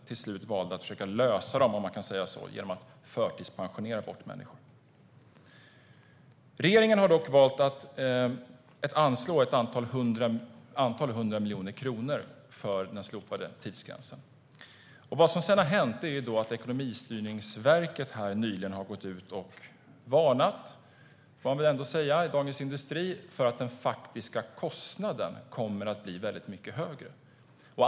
Till slut valde man att försöka lösa dem, om man kan säga så, genom att förtidspensionera bort människor. Regeringen har dock valt att anslå ett antal 100 miljoner kronor för den slopade tidsgränsen. Det som sedan har hänt är att Ekonomistyrningsverket nyligen har gått ut och varnat, får man ändå säga, i Dagens Industri för att den faktiska kostnaden kommer att bli väldigt mycket högre.